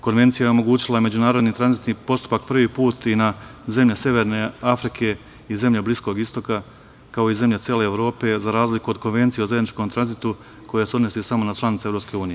Konvencija je omogućila međunarodni tranzitni postupak prvi put i na zemlje severne Afrike i zemlje Bliskog istoka, kao i zemlje cele Evrope, za razliku od Konvencija o zajedničkom tranzitu koja se odnosi samo na članice EU.